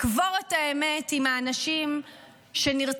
לקבור את האמת עם האנשים שנרצחו,